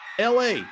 la